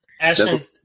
Ashton